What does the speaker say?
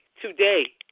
today